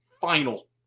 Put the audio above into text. final